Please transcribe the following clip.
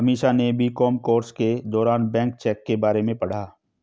अमीषा ने B Com course के दौरान बैंक चेक के बारे में पढ़ा